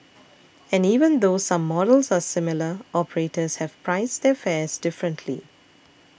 and even though some models are similar operators have priced their fares differently